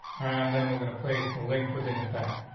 and then we're gonna place the link within attack.